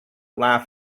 laugh